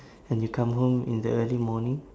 and you come home in the early morning